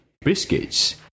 Biscuits